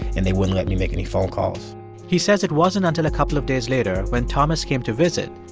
and they wouldn't let me make any phone calls he says it wasn't until a couple of days later, when thomas came to visit,